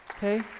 okay?